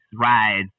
rides